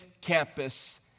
campus